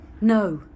No